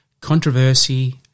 Controversy